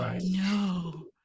No